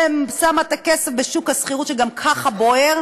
ושמה את הכסף בשוק השכירות, שגם ככה בוער.